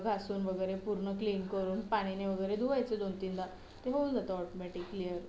घासून वगैरे पूर्ण क्लीन करून पाण्याने वगैरे धुवायचं दोन तीनदा ते होऊन जातं ऑटमॅटिक क्लिअर